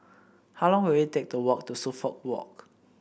how long will it take to walk to Suffolk Walk